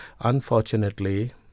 Unfortunately